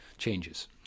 changes